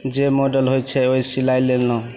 जे मॉडल होइ छै ओहे सिलै लेलहुँ